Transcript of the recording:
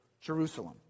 Jerusalem